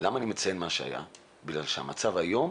ואני אומר מה שהיה משום שהמצב היום